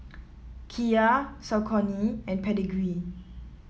Kia Saucony and Pedigree